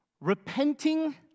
Repenting